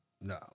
No